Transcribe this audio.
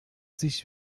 sich